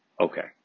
okay